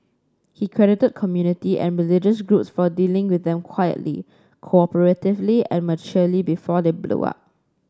he credited community and religious groups for dealing with them quietly cooperatively and maturely before they blow up